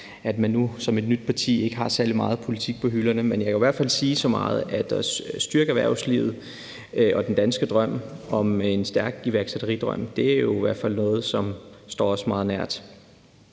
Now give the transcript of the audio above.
at man som et nyt parti ikke har særlig meget politik på hylderne, men jeg kan i hvert fald sige så meget, at det at styrke erhvervslivet og den danske drøm om et stærkt iværksætteri jo er noget, som står vores hjerte